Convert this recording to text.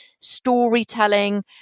Storytelling